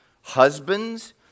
Husbands